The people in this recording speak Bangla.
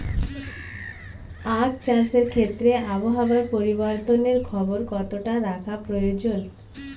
আখ চাষের ক্ষেত্রে আবহাওয়ার পরিবর্তনের খবর কতটা রাখা প্রয়োজন?